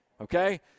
Okay